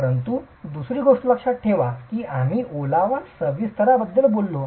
परंतु दुसरी गोष्ट लक्षात ठेवा की आम्ही ओलावा विस्ताराबद्दल बोललो